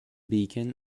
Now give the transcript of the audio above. beacon